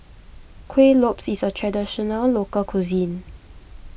Kuih Lopes is a Traditional Local Cuisine